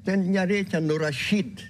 ten nereikia nurašyt